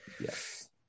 Yes